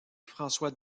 françois